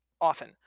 often